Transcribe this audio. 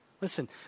Listen